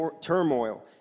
turmoil